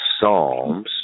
psalms